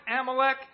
Amalek